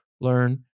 learn